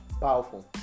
powerful